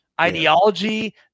ideology